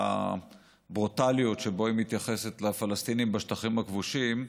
והברוטליות שבה היא מתייחסת לפלסטינים בשטחים הכבושים,